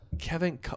Kevin